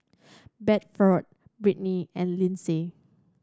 Bedford Britny and Lindsey